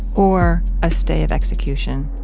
or a stay of execution.